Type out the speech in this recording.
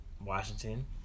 Washington